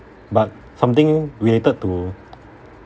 but something related to